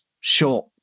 short